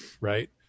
right